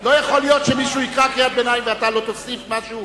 לא יכול להיות שמישהו יקרא קריאת ביניים ואתה לא תוסיף משהו.